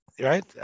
right